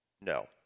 No